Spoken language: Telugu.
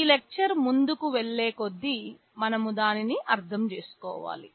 ఈ లెక్చర్ ముందుకు వెళ్లే కొద్దీ మనము దానిని అర్థం చేసుకోవాలి